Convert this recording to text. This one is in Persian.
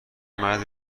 مرد